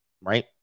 right